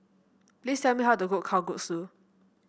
please tell me how to cook Kalguksu